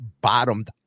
bottomed